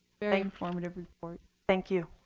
very informative report. thank you.